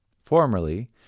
Formerly